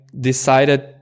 decided